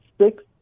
six